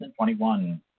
2021